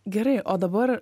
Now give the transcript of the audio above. gerai o dabar